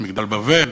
מגדל בבל,